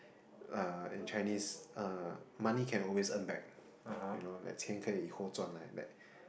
uh in Chinese uh money can always earn back you know like 钱可以以后转来